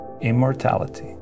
immortality